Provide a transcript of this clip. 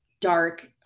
dark